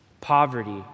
Poverty